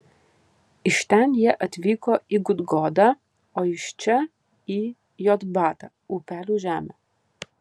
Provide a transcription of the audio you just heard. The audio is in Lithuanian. iš ten jie atvyko į gudgodą o iš čia į jotbatą upelių žemę